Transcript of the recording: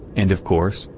and of course,